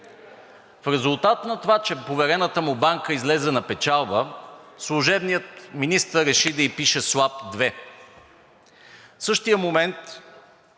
В резултат на това, че поверената му банка излезе на печалба, служебният министър реши да ѝ пише слаб 2. В същия момент